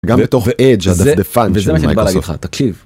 גם בתוך אדג' הדפדפן של מייקרסופט. תקשיב